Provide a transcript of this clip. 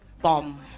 bomb